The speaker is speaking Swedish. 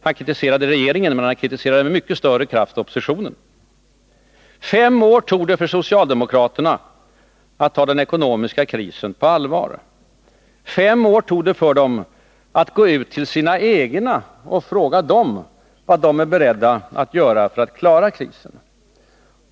Han kritiserade regeringen, men han kritiserade med mycket större kraft oppositionen. Fem år tog det för socialdemokraterna att ta den ekonomiska krisen på allvar. Fem år tog det för dem att gå ut till sina egna och fråga dem vad de är beredda att göra för att klara krisen.